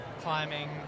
climbing